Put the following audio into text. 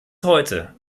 heute